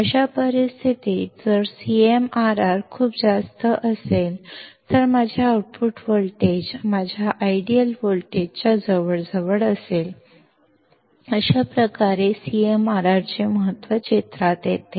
तर अशा परिस्थितीत जर CMRR खूप जास्त असेल तर माझे आउटपुट व्होल्टेज माझ्या आदर्श व्होल्टेजच्या जवळ असेल आणि अशा प्रकारे CMRR चे महत्त्व चित्रात येते